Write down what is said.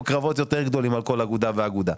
קרבות יותר גדולים על כל אגודה ואגודה.